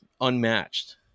unmatched